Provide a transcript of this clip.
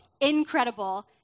incredible